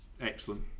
excellent